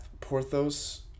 Porthos